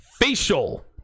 facial